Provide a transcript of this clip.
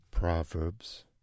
Proverbs